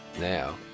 now